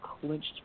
clinched